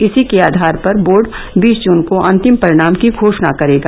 इसी के आधार पर बोर्ड बीस जून को अंतिम परिणाम की घोषणा करेगा